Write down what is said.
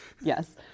yes